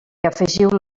afegiu